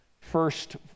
first